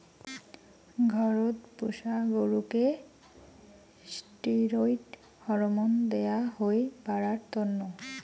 ঘরত পুষা গরুকে ষ্টিরৈড হরমোন দেয়া হই বাড়ার তন্ন